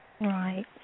Right